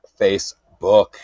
Facebook